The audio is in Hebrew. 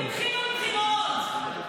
קשה לראות את האור.